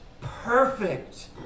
perfect